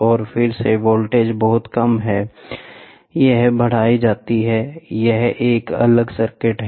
और फिर से वोल्टेज बहुत कम है यह बढ़ाया जाता है यह एक अलग सर्किट है